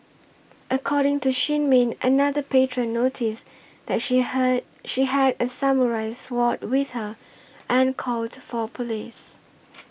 according to Shin Min another patron noticed that she heard she had a samurai sword with her and called for police